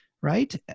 Right